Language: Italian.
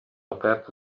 aperto